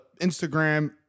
Instagram